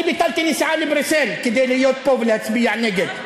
אני ביטלתי נסיעה לבריסל כדי להיות פה ולהצביע נגד.